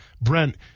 Brent